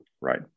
Right